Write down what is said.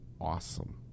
awesome